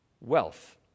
wealth